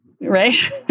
right